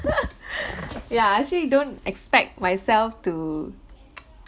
ya I actually don't expect myself to